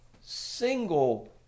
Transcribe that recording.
single